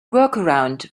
workaround